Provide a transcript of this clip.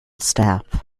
staff